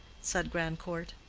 said grandcourt.